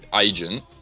Agent